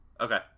Okay